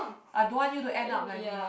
I don't want you to end up like me